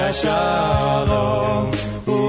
shalom